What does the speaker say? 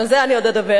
על זה אני עוד אדבר.